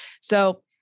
So-